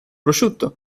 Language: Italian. prosciutto